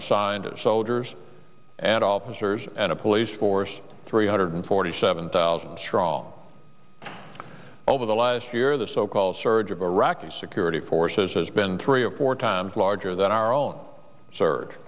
assigned soldiers and officers and a police force three hundred forty seven thousand strong over the last year the so called surge of iraqi security forces has been three or four times larger than our own s